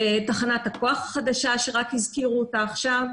כמו תחנת הכוח החדשה שהזכירו אותה עכשיו.